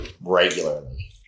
regularly